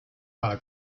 para